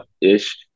ish